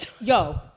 yo